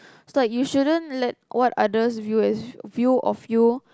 stop you shouldn't let what others view as view of you